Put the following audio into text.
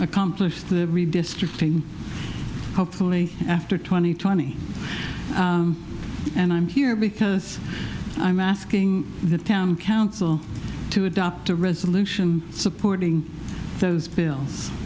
accomplish the redistricting hopefully after twenty twenty and i'm here because i'm asking the town council to adopt a resolution supporting those bills